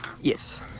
Yes